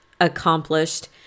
accomplished